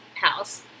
house